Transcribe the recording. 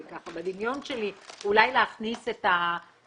זה ככה בדמיון שלי אולי להכניס את התרופות